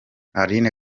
aline